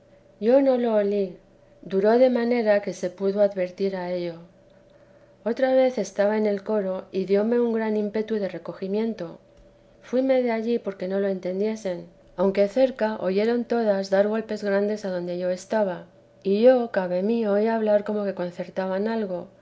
yo no lo olí duró de manera que se pudo advertir a ello otra vez estaba en el coro y dióme un gran ímpetu de recogimiento y fuíme de allí porque no lo entendiesen aunque cerca oyeron todas dar golpes grandes adonde yo estaba y yo cabe mí oí hablar como que concertaban algo